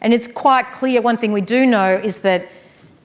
and it's quite clear, one thing that we do know is that